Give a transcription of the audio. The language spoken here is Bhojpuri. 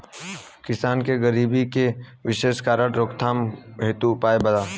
किसान के गरीबी के विशेष कारण रोकथाम हेतु उपाय?